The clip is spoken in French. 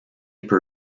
per